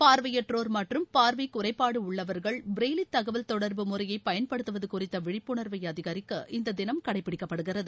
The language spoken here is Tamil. பார்வையற்றோர் மற்றும் பார்வை குறைபாடு உள்ளவர்கள் ப்ரெய்லி தகவல் தொடர்பு முறையை பயன்படுத்துவது குறித்த விழிப்புணர்வை அதிகரிக்க இந்த தினம் கடைப்பிடிக்கப்படுகிறது